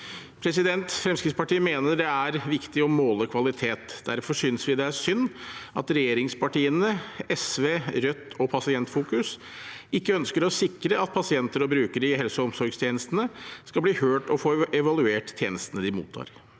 Fremskrittspartiet mener det er viktig å måle kvalitet. Derfor synes vi det er synd at regjeringspartiene, SV, Rødt og Pasientfokus ikke ønsker å sikre at pasienter og brukere i helse- og omsorgstjenestene skal bli hørt og få evaluert tjenestene de mottar.